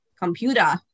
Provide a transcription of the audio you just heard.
computer